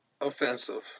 offensive